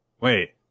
Wait